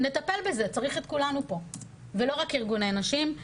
נטפל בזה, צריך את כולנו פה, ולא רק ארגוני נשים.